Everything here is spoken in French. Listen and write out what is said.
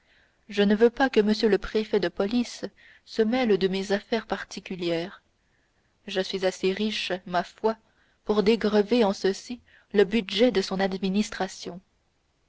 je ne veux pas que m le préfet de police se mêle de mes affaires particulières je suis assez riche ma foi pour dégrever en ceci le budget de son administration